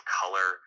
color